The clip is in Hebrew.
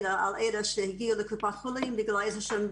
אלא על אלה שהגיעו לקופת חולים בגלל איזשהן בעיות,